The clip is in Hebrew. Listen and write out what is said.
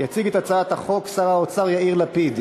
יציג את הצעת החוק שר האוצר יאיר לפיד.